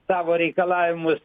savo reikalavimus